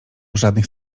żadnych